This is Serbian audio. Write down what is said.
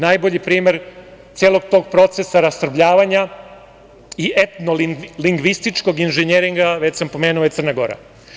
Najbolji primer celog tog procesa rasrbljavanja i etno lingvističkog inženjeringa, već sam pomenuo, jeste Crna Gora.